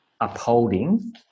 upholding